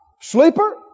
sleeper